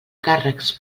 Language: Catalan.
càrrecs